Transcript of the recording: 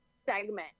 segment